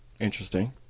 Interesting